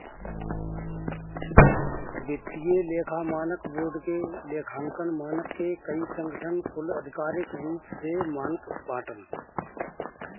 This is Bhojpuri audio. वित्तीय लेखा मानक बोर्ड के लेखांकन मानक के कई संगठन कुल आधिकारिक रूप से मानत बाटन